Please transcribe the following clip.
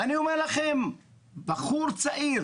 אני אומר לכם, בחור צעיר